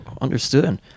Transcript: Understood